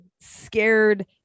scared